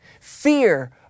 Fear